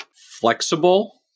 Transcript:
flexible